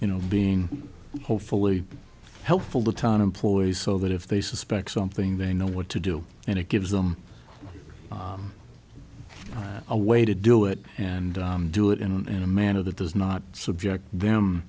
you know being hopefully helpful to town employees so that if they suspect something they know what to do and it gives them a way to do it and do it in a manner that does not subject them